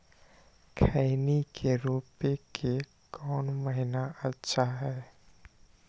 खैनी के रोप के कौन महीना अच्छा है?